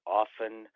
often